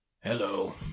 Hello